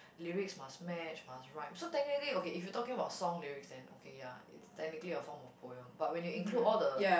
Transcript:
lyrics must match must rhyme so technically okay if you talking about song lyrics then okay ya it's technically a form of poem but when you include all the